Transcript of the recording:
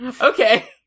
Okay